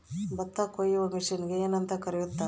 ಭತ್ತ ಕೊಯ್ಯುವ ಮಿಷನ್ನಿಗೆ ಏನಂತ ಕರೆಯುತ್ತಾರೆ?